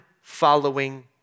following